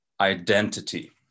identity